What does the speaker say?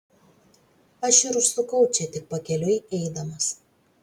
aš ir užsukau čia tik pakeliui eidamas